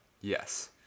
Yes